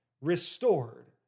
restored